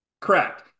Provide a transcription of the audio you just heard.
Correct